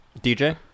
DJ